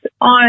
on